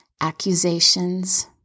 accusations